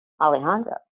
Alejandro